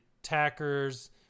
attackers